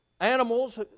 animals